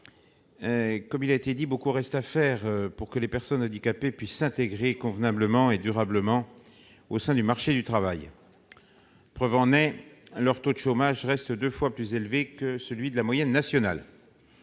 Longeot. Beaucoup reste à faire pour que les personnes handicapées puissent s'intégrer convenablement et durablement au sein du marché du travail. J'en veux pour preuve que leur taux de chômage reste deux fois plus élevé que la moyenne nationale.